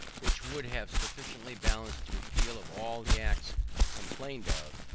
which would have sufficiently ballanced the repeal of all the acts complained of,